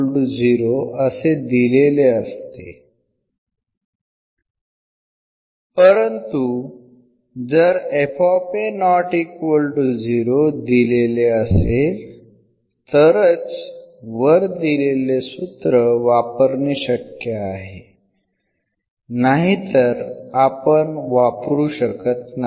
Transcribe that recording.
परंतु जर दिलेले असेल तरच वर दिलेले सूत्र वापरणे शक्य आहे नाहीतर आपण वापरू शकत नाही